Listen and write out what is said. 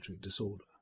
disorder